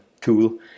tool